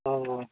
ಹ್ಞೂ